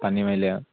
পানী